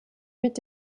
mit